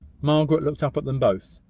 margaret looked up at them both.